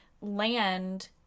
land